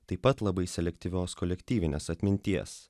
taip pat labai selektyvios kolektyvinės atminties